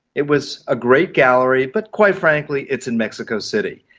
it was a great gallery but quite frankly, it's in mexico city.